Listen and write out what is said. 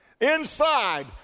Inside